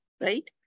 right